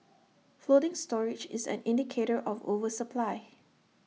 floating storage is an indicator of oversupply